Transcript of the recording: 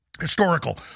Historical